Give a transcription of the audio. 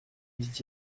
dit